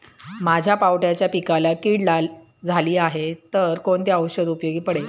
माझ्या पावट्याच्या पिकाला कीड झाली आहे तर कोणते औषध उपयोगी पडेल?